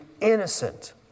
innocent